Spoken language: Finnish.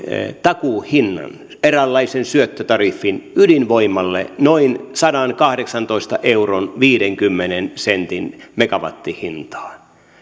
takuuhinnan eräänlaisen syöttötariffin ydinvoimalle noin sadankahdeksantoista euron viidenkymmenen sentin megawattihintaan